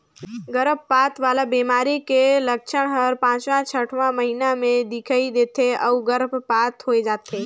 गरभपात वाला बेमारी के लक्छन हर पांचवां छठवां महीना में दिखई दे थे अउ गर्भपात होय जाथे